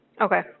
Okay